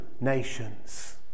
nations